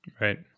Right